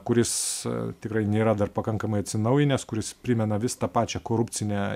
kuris tikrai nėra dar pakankamai atsinaujinęs kuris primena vis tą pačią korupcinę